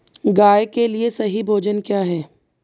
गाय के लिए सही भोजन क्या है?